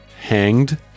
hanged